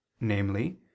namely